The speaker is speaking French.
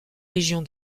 légion